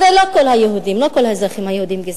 הרי לא כל היהודים, לא כל האזרחים היהודים גזענים.